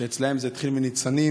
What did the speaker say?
שאצלם זה התחיל מניצנים